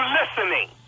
listening